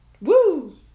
Woo